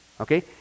Okay